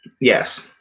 Yes